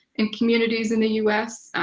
in communities in the us,